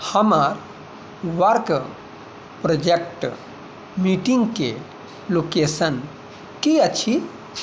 हमर work project meeting के location की अछि